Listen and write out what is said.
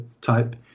type